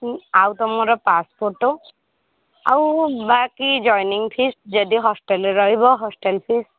ଆଉ ତୁମର pass photo ଆଉ ବାକି ଜଏନିଙ୍ଗ୍ ଫିସ୍ ଯଦି ହଷ୍ଟେଲ୍ରେ ରହିବ ହଷ୍ଟେଲ୍ ଫିସ୍